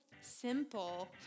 simple